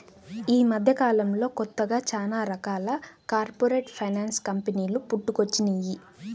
యీ మద్దెకాలంలో కొత్తగా చానా రకాల కార్పొరేట్ ఫైనాన్స్ కంపెనీలు పుట్టుకొచ్చినియ్యి